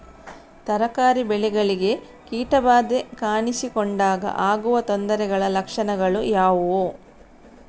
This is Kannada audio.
ತರಕಾರಿ ಬೆಳೆಗಳಿಗೆ ಕೀಟ ಬಾಧೆ ಕಾಣಿಸಿಕೊಂಡಾಗ ಆಗುವ ತೊಂದರೆಗಳ ಲಕ್ಷಣಗಳು ಯಾವುವು?